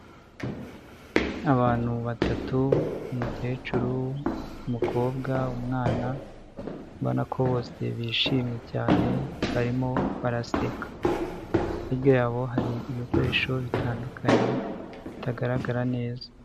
Abantu batatu umukecuru, umukobwa, umwana ubona ko bose bishimye cyane barimo baraseka hirya yabo hari ibikoresho bitandukanye bitagaragara neza.